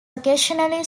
occasionally